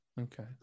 okay